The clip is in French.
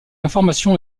information